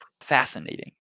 fascinating